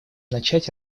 начать